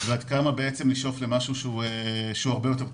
ועד כמה לשאוף למשהו שהוא הרבה יותר טוב.